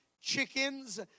chickens